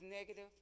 negative